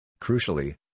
Crucially